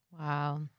Wow